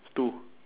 two